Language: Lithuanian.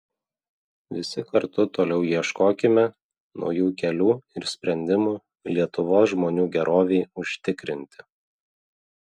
visi kartu toliau ieškokime naujų kelių ir sprendimų lietuvos žmonių gerovei užtikrinti